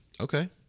Okay